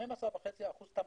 12.5% תמלוגים.